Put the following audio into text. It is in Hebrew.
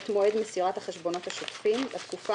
את מועד מסירת החשבונות השוטפים לתקופה